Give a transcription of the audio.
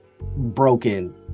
broken